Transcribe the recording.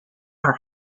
are